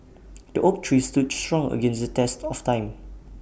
the oak tree stood strong against the test of time